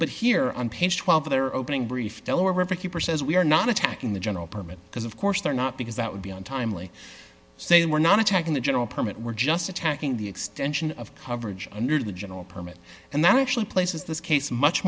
but here on page twelve of their opening brief delaware river keeper says we are not attacking the general permit because of course they're not because that would be on timely say we're not attacking the general permit we're just attacking the extension of coverage under the general permit and that actually places this case much